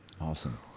Awesome